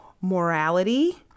morality